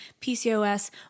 PCOS